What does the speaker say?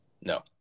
No